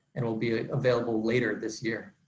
it will be available later this year.